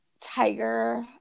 Tiger